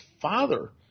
father